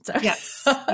Yes